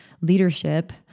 leadership